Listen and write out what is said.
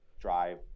drive